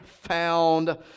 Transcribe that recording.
found